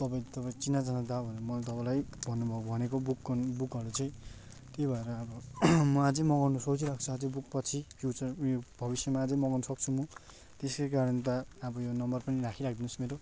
तपाईँ तपाईँ चिनाजाना दा भनेर मैले तपाईँलाई भन्नु भनेको बुकको बुकहरू चाहिँ त्यही भएर अब म अझै मगाउने सोचिरहेछु अझै बुक पछि फ्युचर उयो भविष्यमा अझै मगाउनु सक्छु म त्यसै कारण दा अब यो नम्बर पनि राखि राखिदिनोस् मेरो